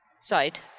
site